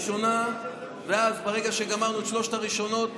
ברגע שגמרנו את שלוש הראשונות,